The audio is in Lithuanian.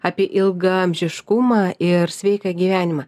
apie ilgaamžiškumą ir sveiką gyvenimą